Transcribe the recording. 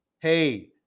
Hey